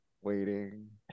waiting